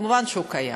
מובן שהוא קיים.